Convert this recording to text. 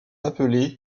appelés